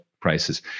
prices